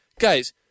Guys